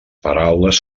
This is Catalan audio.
paraules